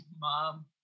mom